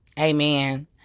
amen